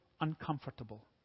uncomfortable